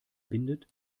bindet